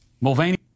Mulvaney